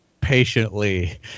patiently